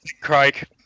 Craig